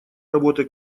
работы